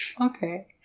Okay